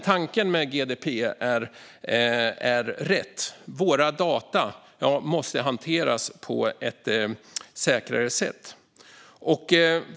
Tanken med GDPR är dock rätt: Våra data måste hanteras på ett säkrare sätt.